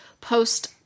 post